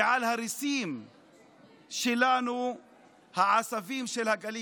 ועל הריסים שלנו העשבים של הגליל.